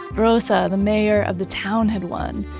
rosa, the mayor of the town had won.